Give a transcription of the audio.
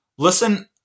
Listen